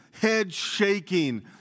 head-shaking